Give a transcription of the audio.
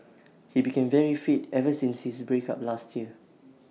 he became very fit ever since his break up last year